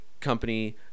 Company